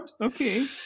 okay